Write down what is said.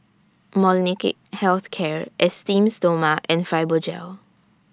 Molnylcke Health Care Esteem Stoma and Fibogel